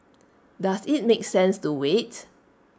does IT make sense to wait